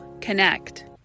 connect